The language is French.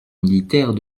militaire